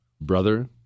Brother